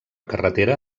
carretera